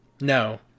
no